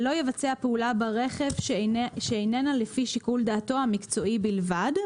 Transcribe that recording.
"לא יבצע פעולה ברכב שאיננה לפי שיקול דעתו המקצועי בלבד".